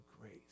grace